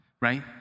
right